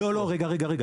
לא, לא, רגע, רגע.